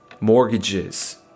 Mortgages